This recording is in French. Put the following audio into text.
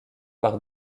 par